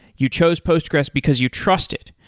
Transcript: you chose postgres because you trust it.